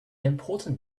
important